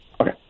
Okay